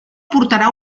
portarà